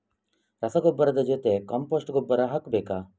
ರಸಗೊಬ್ಬರದ ಜೊತೆ ಕಾಂಪೋಸ್ಟ್ ಗೊಬ್ಬರ ಹಾಕಬೇಕಾ?